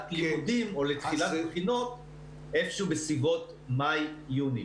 לימודים או לתחילת בחינות איפשהו בסביבות מאי-יוני.